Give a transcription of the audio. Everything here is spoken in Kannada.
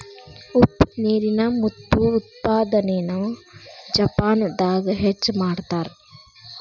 ಉಪ್ಪ ನೇರಿನ ಮುತ್ತು ಉತ್ಪಾದನೆನ ಜಪಾನದಾಗ ಹೆಚ್ಚ ಮಾಡತಾರ